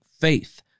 faith